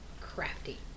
crafty